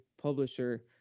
publisher